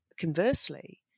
conversely